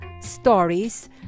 stories